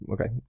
Okay